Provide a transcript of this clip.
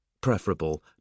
preferable